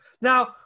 Now